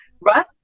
right